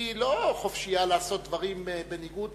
היא לא חופשייה לעשות דברים בניגוד,